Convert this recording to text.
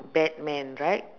batman right